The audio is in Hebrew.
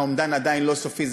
האומדן עדיין לא סופי,